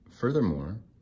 Furthermore